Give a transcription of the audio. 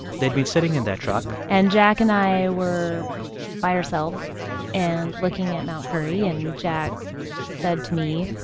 they'd been sitting in their truck and jack and i were by ourselves and looking at mount currie. and jack said to me,